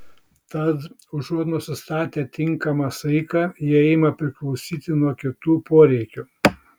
tad užuot nusistatę tinkamą saiką jie ima priklausyti nuo kitų poreikių